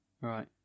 Right